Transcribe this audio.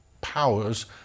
powers